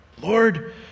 Lord